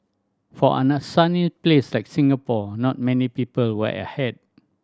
for sunny place like Singapore not many people wear a hat